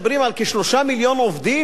אנחנו מוצאים את ההסתדרות,